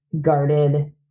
guarded